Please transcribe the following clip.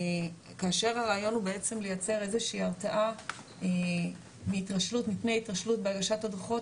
כאשר הרעיון הוא בעצם לייצר איזושהי הרתעה מפני התרשלות בהגשת הדוחות